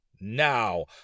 Now